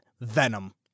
Venom